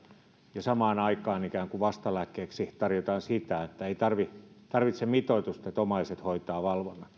ja samaan aikaan ikään kuin vastalääkkeeksi tarjotaan sitä että ei tarvita mitoitusta vaan omaiset hoitavat valvonnan